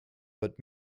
but